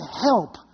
help